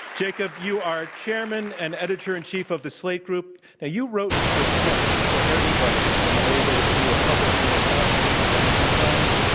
jacob, you are chairman and editor in chief of the slate group. now, you wrote for print, for everybody in the old days, the new republic, new york magazine, financial times